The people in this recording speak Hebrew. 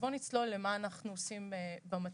בואו נצלול למה אנחנו עושים במטה.